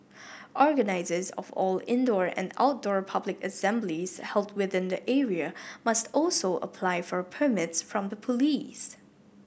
organisers of all indoor and outdoor public assemblies held within the area must also apply for permits from the police